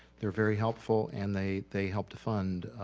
they're very helpful and they they help to fund